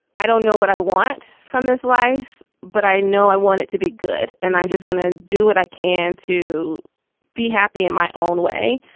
i don't know what i want from this life, but i know i want it to be good. and i'm just going to do what i can to be happy in my own way.